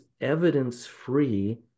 evidence-free